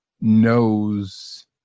knows